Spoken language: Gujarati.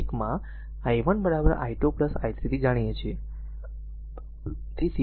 અને આપણે સમીકરણ 1 i1 i2 i3 થી જાણીએ છીએ